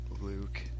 Luke